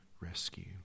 rescue